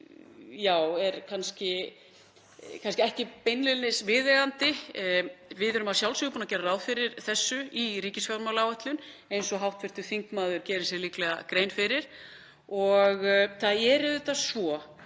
er kannski ekki beinlínis viðeigandi. Við erum að sjálfsögðu búin að gera ráð fyrir þessu í ríkisfjármálaáætlun eins og hv. þingmaður gerir sér líklega grein fyrir. Það er auðvitað svo,